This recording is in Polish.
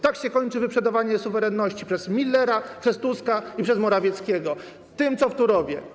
Tak się kończy wyprzedawanie suwerenności przez Millera, przez Tuska i przez Morawieckiego - tym, co w Turowie.